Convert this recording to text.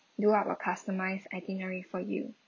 do up a customised itinerary for you